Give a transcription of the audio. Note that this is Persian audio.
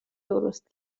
درست